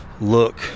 look